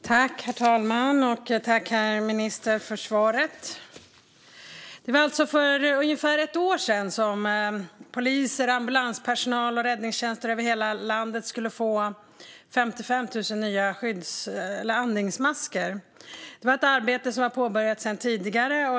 Herr talman! Jag tackar herr ministern för svaret. Det var för ungefär ett år sedan som poliser, ambulanspersonal och räddningstjänster över hela landet skulle få 55 000 nya andningsmasker. Det var ett arbete som var påbörjat sedan tidigare.